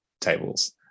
tables